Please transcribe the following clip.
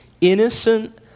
innocent